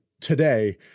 today